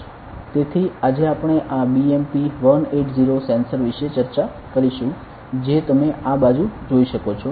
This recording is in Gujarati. તેથી આજે આપણે આ BMP 180 સેન્સર વિશે ચર્ચા કરીશું જે તમે આ બાજુ જોઈ શકો છો